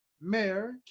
Mayor